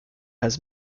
has